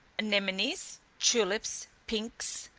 anemonies, tulips, pinks,